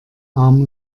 arm